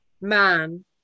man